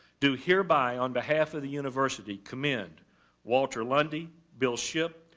do hereby on behalf of the university commend walter lundy bill shipp,